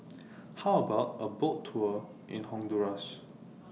How about A Boat Tour in Honduras